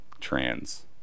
trans